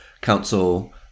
council